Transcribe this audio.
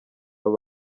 baba